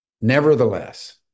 nevertheless